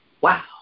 Wow